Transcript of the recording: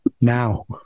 now